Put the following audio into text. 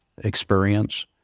experience